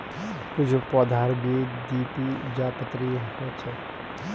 कुछू पौधार बीज द्विबीजपत्री ह छेक